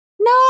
No